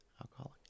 alcoholic